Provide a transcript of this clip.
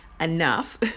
enough